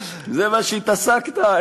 זה מה שהתעסקת?